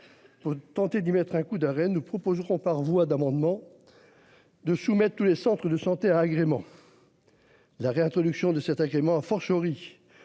Pour tenter d'y mettre un coup d'arrêt, nous proposerons par voie d'amendement. De soumettre tous les centres de santé agrément. La réintroduction de cet agrément a fortiori.